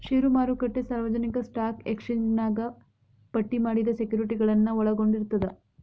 ಷೇರು ಮಾರುಕಟ್ಟೆ ಸಾರ್ವಜನಿಕ ಸ್ಟಾಕ್ ಎಕ್ಸ್ಚೇಂಜ್ನ್ಯಾಗ ಪಟ್ಟಿ ಮಾಡಿದ ಸೆಕ್ಯುರಿಟಿಗಳನ್ನ ಒಳಗೊಂಡಿರ್ತದ